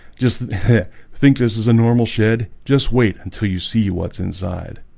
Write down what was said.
just think this is a normal shed just wait until you see. what's inside?